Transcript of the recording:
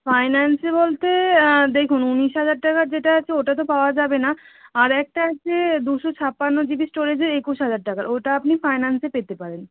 ফাইন্যান্সে বলতে দেখুন উনিশ হাজার টাকার যেটা আছে ওটা তো পাওয়া যাবে না আর একটা আছে দুশো ছাপ্পান্ন জিবি স্টোরেজে একুশ হাজার টাকার ওটা আপনি ফাইন্যান্সে পেতে পারেন